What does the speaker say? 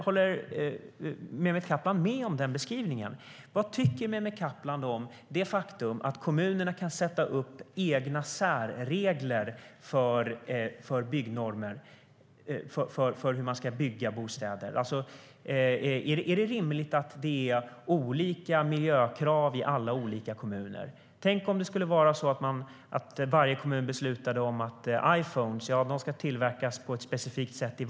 Håller Mehmet Kaplan med om den beskrivningen? Vad tycker Mehmet Kaplan om det faktum att kommuner kan sätta upp egna särregler för hur man ska bygga bostäder - är det rimligt att det är olika miljökrav i alla kommuner? Tänk om man i varje kommun skulle bestämma hur Iphones ska tillverkas.